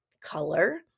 color